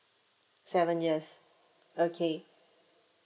seven years okay